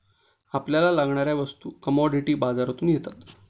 आपल्याला लागणाऱ्या वस्तू कमॉडिटी बाजारातून येतात